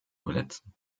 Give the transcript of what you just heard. verletzen